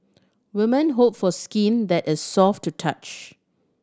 women hope for skin that is soft to touch